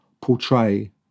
portray